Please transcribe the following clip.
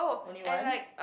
only one